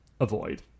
avoid